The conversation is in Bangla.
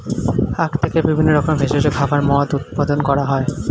আখ থেকে বিভিন্ন রকমের ভেষজ খাবার, মদ্য উৎপাদন করা হয়